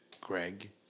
Greg